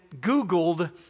Googled